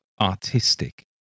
artistic